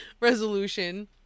resolution